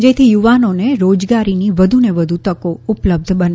જેથી યુવાનોને રોજગારીની વધુને વધુ તકો ઉપલબ્ધ બને